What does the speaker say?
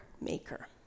maker